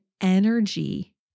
energy